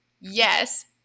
yes